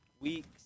weeks